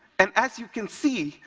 and as you can see,